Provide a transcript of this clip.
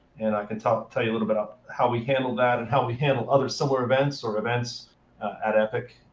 and i can tell tell you a little bit about how we handled that, and how we handle other similar events or events at epic,